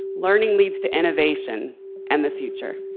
learning leads to innovation and the future.